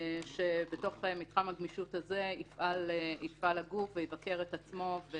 שבתוך מתחם הגמישות הזה יפעל הגוף ויבקר את עצמו.